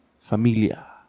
familia